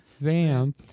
Vamp